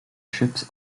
ships